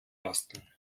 basteln